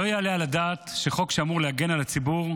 לא יעלה על הדעת שחוק שאמור להגן על הציבור,